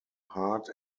heart